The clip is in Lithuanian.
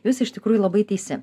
jūs iš tikrųjų labai teisi